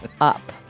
up